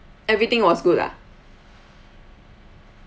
everything was good ah